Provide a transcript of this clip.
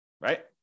right